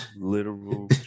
literal